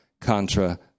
Contra